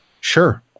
sure